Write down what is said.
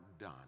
done